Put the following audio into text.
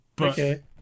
Okay